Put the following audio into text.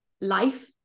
life